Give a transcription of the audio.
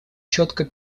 четко